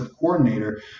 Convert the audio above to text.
coordinator